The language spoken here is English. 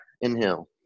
Inhale